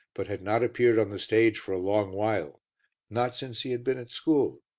but had not appeared on the stage for a long while not since he had been at school.